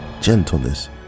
gentleness